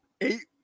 eight